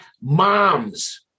moms